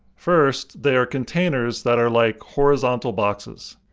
first, they are containers that are like horizontal boxes.